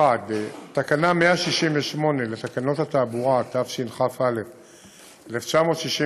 1. תקנה 168 לתקנות התעבורה, התשכ"א 1961,